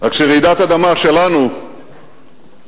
רק שרעידת האדמה שלנו חובקת